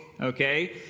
Okay